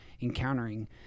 encountering